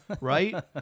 right